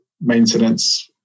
maintenance